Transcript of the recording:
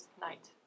night